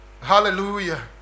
Hallelujah